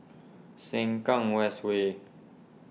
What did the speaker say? Sengkang West Way